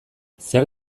zer